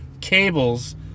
cables